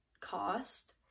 cost